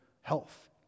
health